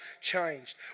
changed